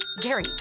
Gary